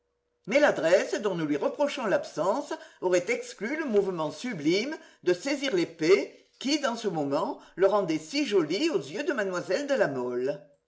mais l'adresse dont nous lui reprochons l'absence aurait exclu le mouvement sublime de saisir l'épée qui dans ce moment le rendait si joli aux yeux de mlle de la mole